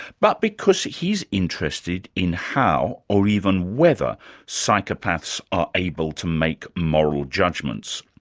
but because he's interested in how or even whether psychopaths are able to make moral judgments.